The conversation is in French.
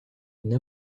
une